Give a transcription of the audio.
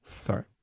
sorry